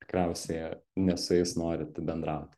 tikriausiai ne su jais norit bendrauti